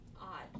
odd